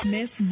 Miss